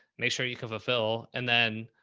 make sure you can fulfill and then,